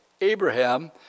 Abraham